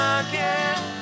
again